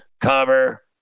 cover